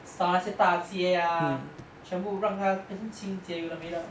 撒那些大街全部让它变成清洁有的没的